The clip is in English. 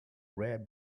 read